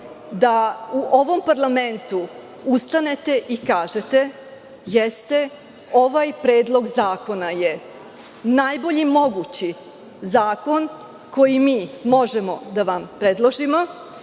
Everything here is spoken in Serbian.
da u ovom parlamentu ustanete i kažete – jeste, ovaj predlog zakona je najbolji mogući zakon koji mi možemo da vam predložimo,